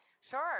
Sure